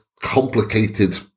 complicated